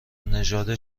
نژاد